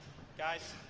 guys?